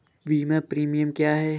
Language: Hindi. बीमा प्रीमियम क्या है?